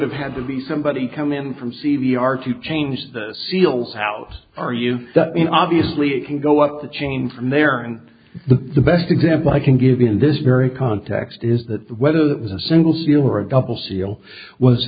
have had to be somebody come in from c v r to change the seals how are you you know obviously it can go up the chain from there and the best example i can give you in this very context is that whether that was a single seal or a couple seal was